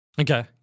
Okay